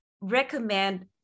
recommend